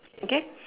okay